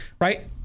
right